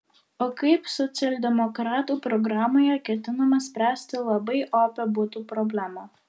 o kaip socialdemokratų programoje ketinama spręsti labai opią butų problemą